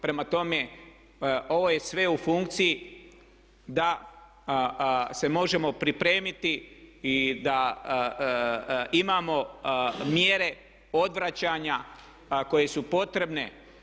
Prema tome, ovo je sve u funkciji da se možemo pripremiti i da imamo mjere odvraćanja a koje su potrebne.